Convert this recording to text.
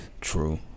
True